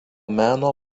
meno